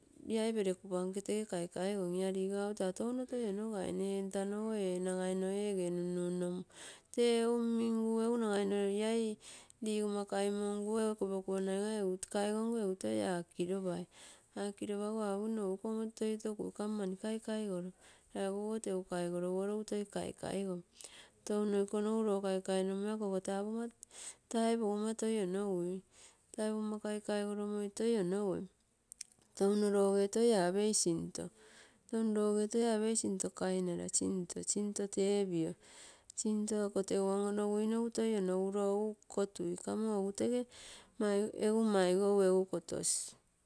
Iai perekupanke tese kaikai goim is lisa au taa touno toi onogaine ee entano go nagai, nagaimo eege nunnuno tee umm mingu egu nagaimo ia usomma koimongu egu ekopiro kuanagai, ekopiro kuanaigai kaigomgu gu toi akeropam, akeropangu apogim nosu iko omoto toi tokui amo mani kaikaigoro aposisuo tesu kaigoroguorosu toi kaikai som. Touno iko nogu loo kaikai nomoi akoso taa tai pagomma toi onogui. Toi pogamma kaikai goromoi toi onogui touno loge toi apei sinto touno lose toi apei sinto kainara, sinto, sinto, sinto tepio sinto eko tegu ono onoguinogu toi onoguio egu kotui kamo egu tese maigou egu kotosi.